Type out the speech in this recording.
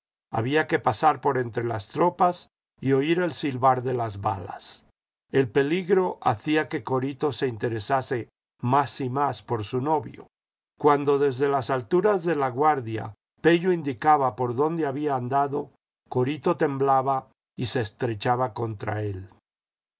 había que pasar por entre las tropas y oír el silbar de las balas el peligro hacía que corito se interesase más y más por su novio cuando desde las alturas de laguardia pello indicaba por dónde había andado corito temblaba y se estrechaba contra él